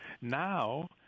Now